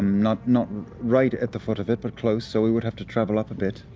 not not right at the foot of it, but close. so we would have to travel up a bit.